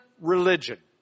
religion